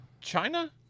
China